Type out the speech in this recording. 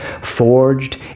forged